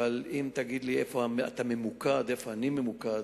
אבל אם תגיד לי איפה אתה ממוקד, איפה אני ממוקד,